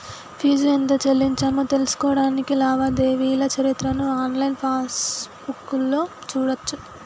fee ఎంత చెల్లించామో తెలుసుకోడానికి లావాదేవీల చరిత్రను ఆన్లైన్ పాస్బుక్లో చూడచ్చు